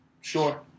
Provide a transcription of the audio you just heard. Sure